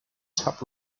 top